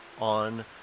on